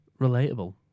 relatable